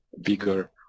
bigger